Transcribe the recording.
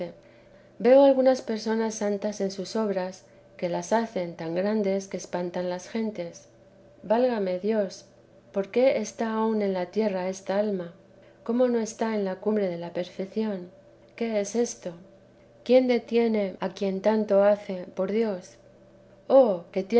veo algunas personas santas en sus obras que las hacen tan grandes que espantan a las gentes válame dios por qué está aún en la tierra esta alma cómo no está en la cumbre de la perfección qué es esto quién detiene a quien tanto hace por dios oh